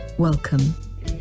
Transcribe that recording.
Welcome